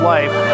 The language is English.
Life